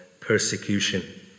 persecution